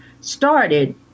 started